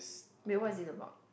then what is this about